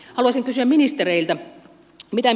haluaisin kysyä ministereiltä